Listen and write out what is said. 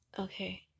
Okay